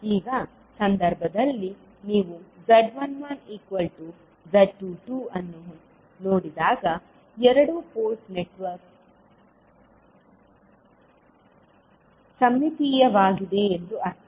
ಈಗ ಸಂದರ್ಭದಲ್ಲಿ ನೀವು z11 z22 ಅನ್ನು ನೋಡಿದಾಗ ಎರಡು ಪೋರ್ಟ್ ನೆಟ್ವರ್ಕ್ ಸಮ್ಮಿತೀಯವಾಗಿದೆ ಎಂದು ಅರ್ಥ